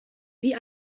wie